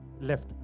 left